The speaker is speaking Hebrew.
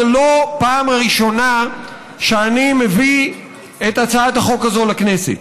זו לא פעם ראשונה שאני מביא את הצעת החוק הזאת לכנסת.